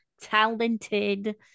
talented